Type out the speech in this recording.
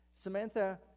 Samantha